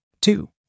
Two